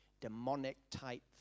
demonic-type